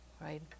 right